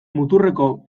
muturreko